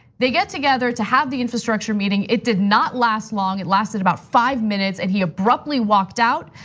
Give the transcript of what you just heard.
they get together to have the infrastructure meeting. it did not last long, it lasted about five minutes, and he abruptly walked out.